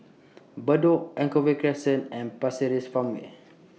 Bedok Anchorvale Crescent and Pasir Ris Farmway